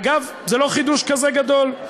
אגב, זה לא חידוש כזה גדול.